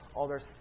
others